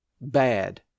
bad